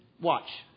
watch